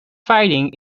finding